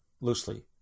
loosely